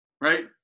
Right